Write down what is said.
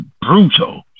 brutal